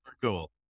Cool